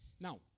Now